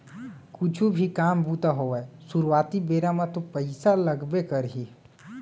कुछु भी काम बूता होवय सुरुवाती बेरा म तो पइसा लगबे करही